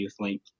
YouthLink